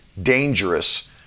dangerous